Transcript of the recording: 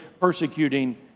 persecuting